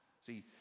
See